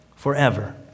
Forever